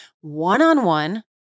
one-on-one